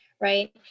right